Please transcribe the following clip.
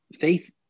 faith